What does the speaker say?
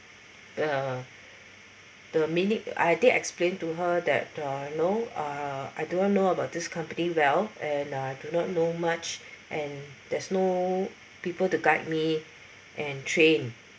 uh the minute I I did explain to her that uh you know uh I do not know about this company well and uh I do not know much and there's no people to guide me and train